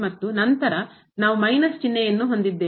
ಮತ್ತು ನಂತರ ನಾವು ಮೈನಸ್ ಚಿಹ್ನೆಯನ್ನು ಹೊಂದಿದ್ದೇವೆ